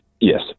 Yes